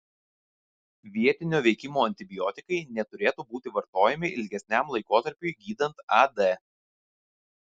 vietinio veikimo antibiotikai neturėtų būti vartojami ilgesniam laikotarpiui gydant ad